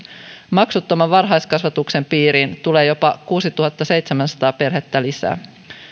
maksuttoman varhaiskasvatuksen piiriin tulee jopa kuusituhattaseitsemänsataa perhettä lisää